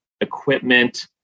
equipment